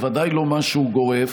ובוודאי לא משהו גורף.